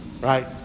right